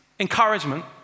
Encouragement